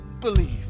believe